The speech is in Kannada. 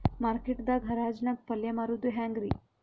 ಮಾರ್ಕೆಟ್ ದಾಗ್ ಹರಾಜ್ ನಾಗ್ ಪಲ್ಯ ಮಾರುದು ಹ್ಯಾಂಗ್ ರಿ?